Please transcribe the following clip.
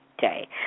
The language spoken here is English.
day